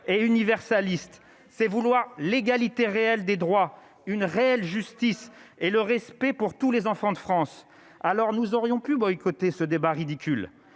et universaliste, c'est vouloir l'égalité réelle des droits, une réelle justice et le respect pour tous les enfants de France, alors nous aurions pu boycotter ce débat ridicule